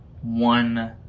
one